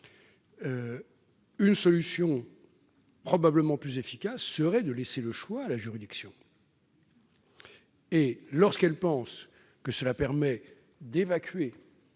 une solution probablement plus efficace serait de laisser le choix à la juridiction, lorsqu'elle pense que cela permet d'évacuer